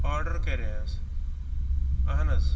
order کَرے حظ اہن حظ